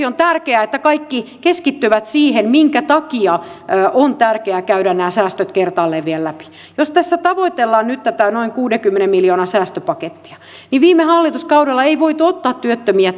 on tärkeää että kaikki keskittyvät siihen minkä takia on tärkeää käydä nämä säästöt kertaalleen vielä läpi jos tässä tavoitellaan nyt tätä noin kuudenkymmenen miljoonan säästöpakettia niin viime hallituskaudella ei voitu ottaa työttömiä